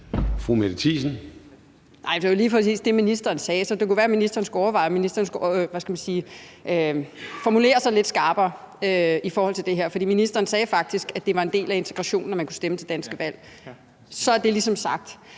overveje, om ministeren skulle – hvad skal man sige – formulere sig lidt skarpere i forhold til det her. For ministeren sagde faktisk, at det var en del af integrationen, at man kunne stemme til danske valg. Så er det ligesom sagt.